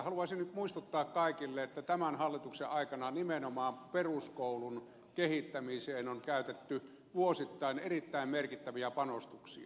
haluaisin nyt muistuttaa kaikille että tämän hallituksen aikana nimenomaan peruskoulun kehittämiseen on käytetty vuosittain erittäin merkittäviä panostuksia